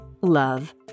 love